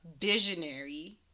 visionary